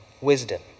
wisdom